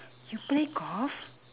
you play golf